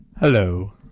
Hello